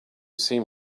seem